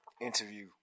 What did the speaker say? interview